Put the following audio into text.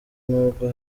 nubwo